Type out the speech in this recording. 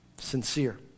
Sincere